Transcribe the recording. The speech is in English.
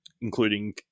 including